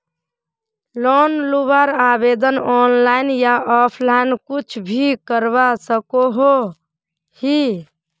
Loan लुबार आवेदन online या ऑफलाइन कुछ भी करवा सकोहो ही?